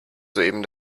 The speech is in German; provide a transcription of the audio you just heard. soeben